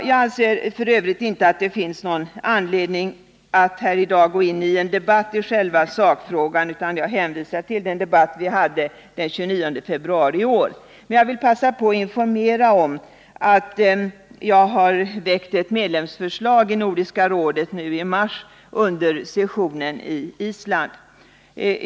Jag anser f. ö. inte att det finns någon anledning att här i dag gå in i en debatt i själva sakfrågan, utan jag hänvisar till den debatt vi hade den 29 februari i år. Men jag vill passa på att informera om att jag har väckt ett medlemsförslag i Nordiska rådet nu i mars under sessionen i Island.